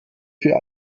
für